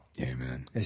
Amen